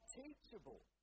teachable